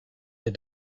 est